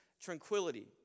tranquility